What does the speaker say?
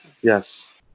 Yes